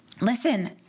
Listen